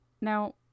Now